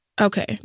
Okay